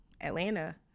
Atlanta